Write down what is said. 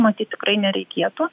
matyt tikrai nereikėtų